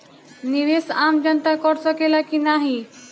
निवेस आम जनता कर सकेला की नाहीं?